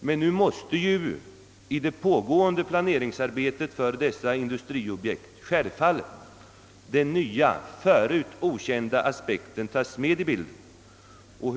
Men nu måste man i det pågå ende planeringsarbetet för dessa indu: striobjekt självfallet även ta med denna nya, tidigare okända aspekt.